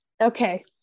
Okay